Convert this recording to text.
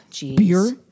beer